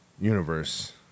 universe